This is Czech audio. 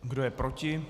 Kdo je proti?